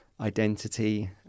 identity